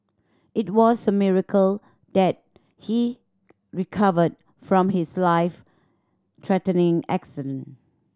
it was a miracle that he recovered from his life threatening